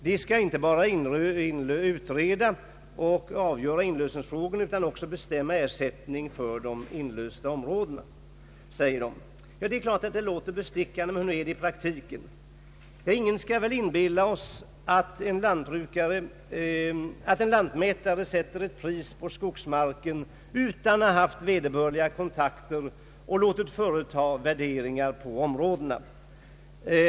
De skall inte bara utreda och avgöra inlösenfrågor enligt förslaget, utan de skall också bestämma ersättning för inlösta områden. Det är klart att det låter bestickande, men hur blir det i praktiken? Ingen skall inbilla oss att en lantmätare sätter ett pris på skogsmarken utan att ha tagit vederbörliga kontakter och låtit företa värderingar på områdena.